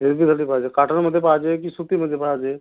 डेलीसाठी पाहिजे काटनमध्ये पाहिजे की सुतीमध्ये पाहिजे